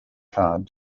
card